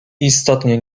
istotnie